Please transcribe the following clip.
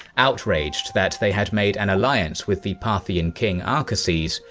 outraged that they had made an alliance with the parthian king arcases,